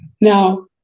Now